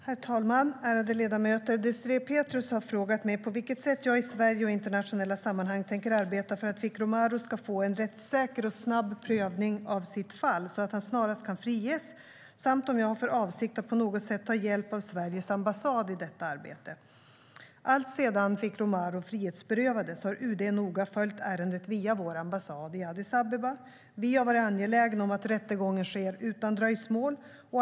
Herr talman! Ärade ledamöter! Désirée Pethrus har frågat mig på vilket sätt jag tänker arbeta, i Sverige och i internationella sammanhang, för att Fikru Maru ska få en rättssäker och snabb prövning av sitt fall så att han snarast kan friges samt om jag har för avsikt att på något sätt ta hjälp av Sveriges ambassad i detta arbete. Alltsedan Fikru Maru frihetsberövades har UD noga följt ärendet via vår ambassad i Addis Abeba. Vi har varit angelägna om att rättegången sker utan dröjsmål.